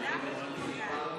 שלום,